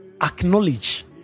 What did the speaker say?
acknowledge